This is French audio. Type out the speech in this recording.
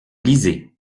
lisez